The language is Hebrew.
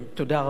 תודה רבה.